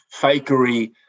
fakery